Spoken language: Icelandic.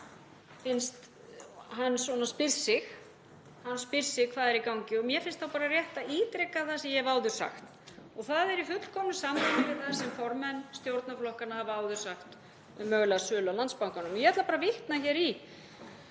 Hv. þingmaður spyr sig: Hvað er í gangi? Og mér finnst þá bara rétt að ítreka það sem ég hef áður sagt og það er í fullkomnu samræmi við það sem formenn stjórnarflokkanna hafa áður sagt um mögulega sölu á Landsbankanum. Ég ætla bara að vitna hér í